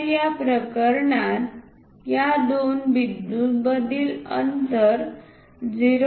तर या प्रकरणात या दोन बिंदूंमधील अंतर 0